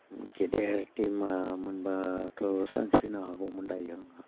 गेदेर दैमा मोनब्लाथ' सानस्रिनो हागौमोन दायो आंहा